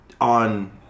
on